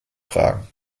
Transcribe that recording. fragen